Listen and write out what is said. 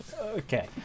Okay